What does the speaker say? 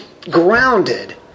grounded